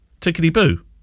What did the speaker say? tickety-boo